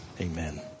amen